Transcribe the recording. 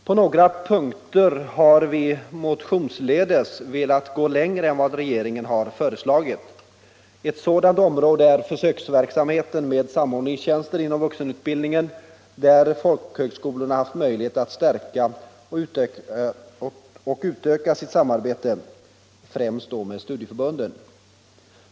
På några punkter har vi motionsledes velat gå längre än vad regeringen har föreslagit. Ett sådant område är försöksverksamheten med samordningstjänster inom vuxenutbildningen, där folkhögskolorna haft möjlighet att stärka och utöka sitt samarbete med studieförbunden.